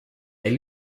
elle